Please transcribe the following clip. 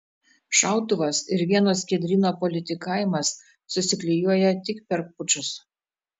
šautuvas ir vieno skiedryno politikavimas susiklijuoja tik per pučus